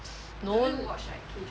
no